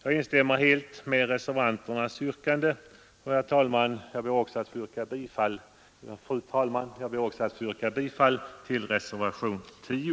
Jag instämmer helt i reservanternas yrkande och ber, fru talman, att få yrka bifall även till reservation 10.